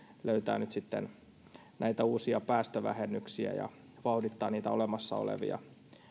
löytää nyt sitten uusia päästövähennyksiä ja vauhdittaa niitä olemassa olevia